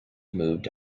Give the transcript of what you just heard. moved